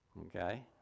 Okay